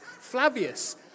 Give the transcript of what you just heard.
Flavius